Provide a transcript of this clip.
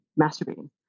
masturbating